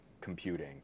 computing